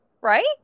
right